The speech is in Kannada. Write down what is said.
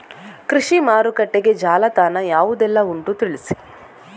ಕೃಷಿ ಮಾರುಕಟ್ಟೆಗೆ ಜಾಲತಾಣ ಯಾವುದೆಲ್ಲ ಉಂಟು ತಿಳಿಸಿ